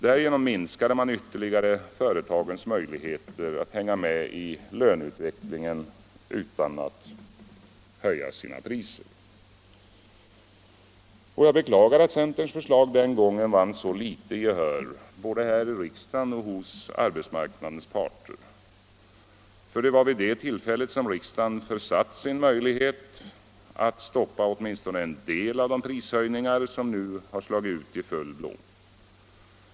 Därigenom minskade man ytterligare företagens möjligheter att hänga med i löneutvecklingen utan att höja sina priser. Jag beklagar att centerns förslag den gången vann så litet gehör både här i riksdagen och hos arbetsmarknadens parter. För det var vid det tillfället som riksdagen försatt sin möjlighet att stoppa åtminstone en del av de prishöjningar som nu har slagit ut i full blom.